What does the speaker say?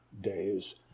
days